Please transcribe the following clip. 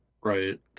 Right